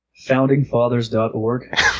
Foundingfathers.org